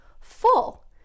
full